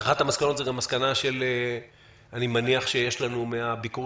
אחת המסקנות זה גם מסקנה שאני מניח שיש לנו מהביקור